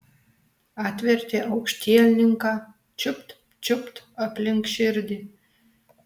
atvertė aukštielninką čiupt čiupt aplink širdį